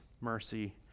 mercy